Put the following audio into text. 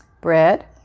Bread